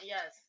Yes